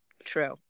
True